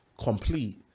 complete